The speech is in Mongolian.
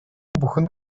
бүхэнд